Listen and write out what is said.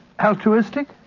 altruistic